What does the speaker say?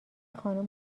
خانم